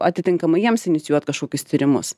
atitinkamai jiems inicijuot kažkokius tyrimus